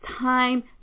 time